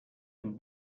amb